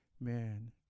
Man